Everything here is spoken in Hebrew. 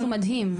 משהו מדהים.